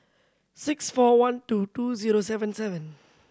six four one two two zero seven seven